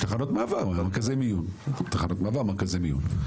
מרכזי מיון, תחנות מעבר, מרכזי מיון.